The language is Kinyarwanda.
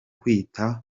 kwita